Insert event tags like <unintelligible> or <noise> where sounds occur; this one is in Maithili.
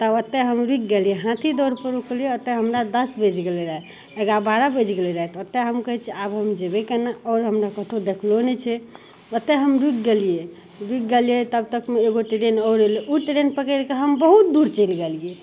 तब ओते हम रुकि गेलियै <unintelligible> दौड़क रुकलियै ओतऽ हमरा दस बाजि गेलै राति एगा बारह बाजि गेलै राति ओतै हम कहै छियै आब हम जेबै केना आओर हमरा कतौ देखलौ नहि छै ओतै हम रुकि गेलियै रुकि गेलियै तब तकमे एगो ट्रेन आओर अयलै ओ ट्रेन पकैड़ि कऽ हम बहुत दूर चैलि गेलियै